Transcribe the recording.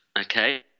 okay